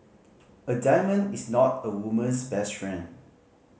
a diamond is not a woman's best friend